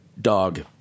Dog